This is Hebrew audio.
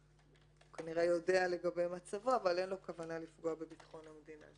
שכנראה יודע לגבי מצבו אבל אין לו כוונה לפגוע בביטחון המדינה.